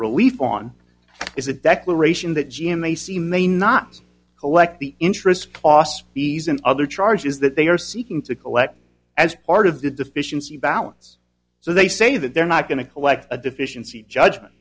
relief on is a declaration that g m a see may not collect the interest costs fees and other charges that they are seeking to collect as part of the deficiency balance so they say that they're not going to collect a deficiency judgment